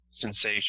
sensation